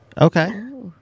okay